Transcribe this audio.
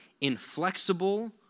inflexible